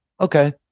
okay